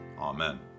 Amen